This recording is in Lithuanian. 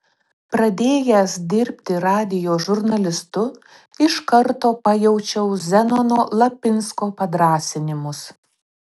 pradėjęs dirbti radijo žurnalistu iš karto pajaučiau zenono lapinsko padrąsinimus